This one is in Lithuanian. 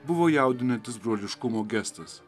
buvo jaudinantis broliškumo gestas